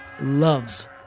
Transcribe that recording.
loves